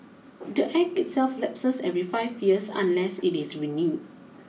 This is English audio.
the Act itself lapses every five years unless it is renewed